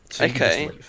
Okay